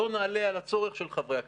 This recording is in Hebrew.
לא נעלה על הצורך של חברי הכנסת.